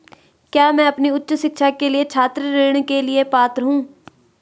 क्या मैं अपनी उच्च शिक्षा के लिए छात्र ऋण के लिए पात्र हूँ?